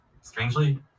strangely